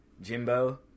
Jimbo